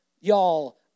y'all